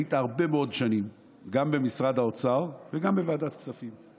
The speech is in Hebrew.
היית הרבה מאוד שנים גם במשרד האוצר וגם בוועדת כספים.